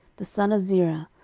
the son of zerah,